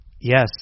Yes